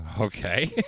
Okay